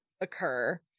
occur